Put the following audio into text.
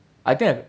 I think I